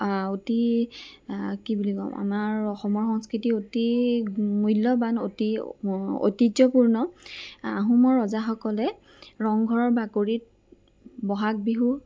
আ অতি আ কি বুলি ক'ম আমাৰ অসমৰ সংস্কৃতি অতি মূল্যবান অতি ঐতিহ্যপূৰ্ণ আহোমৰ ৰজাসকলে ৰংঘৰৰ বাকৰিত ব'হাগ বিহু